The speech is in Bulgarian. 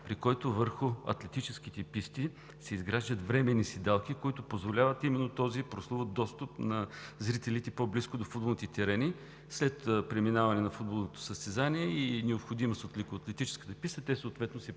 при което върху атлетическите писти се изграждат временни седалки, които позволяват именно този прословут достъп на зрителите по-близко до футболните терени. След преминаване на футболното състезание и необходимост от лекоатлетическата писта те съответно се